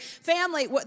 family